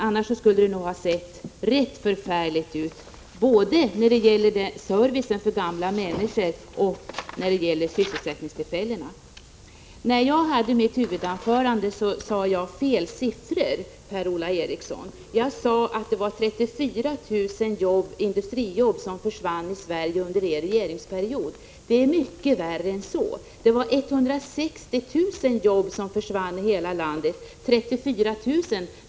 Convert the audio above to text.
Annars skulle det sett förfärligt ut både 22 maj 1986 när det gäller servicen för gamla människor och när det gäller sysselsättningstillfällena. I mitt huvudanförande sade jag fel siffror, Per-Ola Eriksson. Jag sade att 34 000 industrijobb försvann i Sverige under er regeringsperiod. Det är mycket värre än så. Det var 160 000 jobb som försvann i hela landet.